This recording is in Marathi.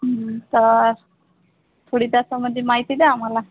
तर थोडी त्या संबंधी माहिती द्या आम्हाला